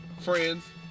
friends